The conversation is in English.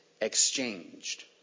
exchanged